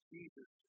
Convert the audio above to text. Jesus